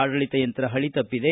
ಆಡಳಿತ ಯಂತ್ರ ಹಳಿತಬ್ಬಿದೆ